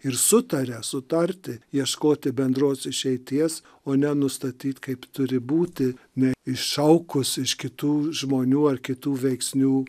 ir sutaria sutarti ieškoti bendros išeities o ne nustatyti kaip turi būti ne iššaukus iš kitų žmonių ar kitų veiksnių